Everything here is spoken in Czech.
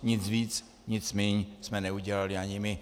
Nic víc a nic míň jsme neudělali ani my.